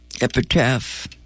epitaph